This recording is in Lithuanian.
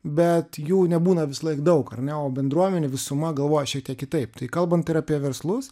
bet jų nebūna visąlaik daug ar ne o bendruomenė visuma galvoja šiek tiek kitaip tai kalbant ir apie verslus